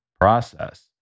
process